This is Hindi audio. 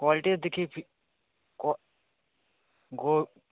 क्वालटी तो देखिए को गो